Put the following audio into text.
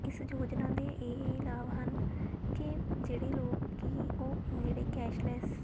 ਇਸ ਯੋਜਨਾ ਦੇ ਇਹ ਇਹ ਲਾਭ ਹਨ ਕਿ ਜਿਹੜੇ ਲੋਕੀਂ ਉਹ ਜਿਹੜੇ ਕੈਸ਼ਲੈਸ